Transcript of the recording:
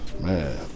Man